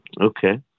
Okay